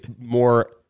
more-